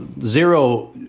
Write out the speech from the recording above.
zero